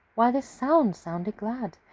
why, this sound sounded glad!